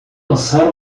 lançar